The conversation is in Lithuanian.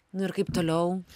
nu ir kaip toliau